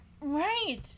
Right